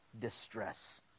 distress